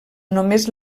només